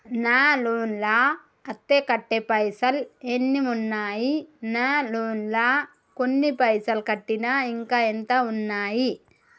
నా లోన్ లా అత్తే కట్టే పైసల్ ఎన్ని ఉన్నాయి నా లోన్ లా కొన్ని పైసల్ కట్టిన ఇంకా ఎంత ఉన్నాయి?